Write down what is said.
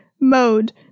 mode